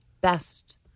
best